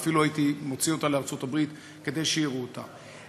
ואפילו הייתי מוציא אותה לארצות-הברית כדי שיראו אותה.